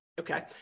okay